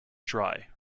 dry